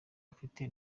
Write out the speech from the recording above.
afite